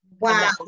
Wow